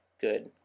good